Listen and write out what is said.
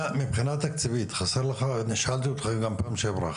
אני שאלתי אותך גם בפעם שעברה,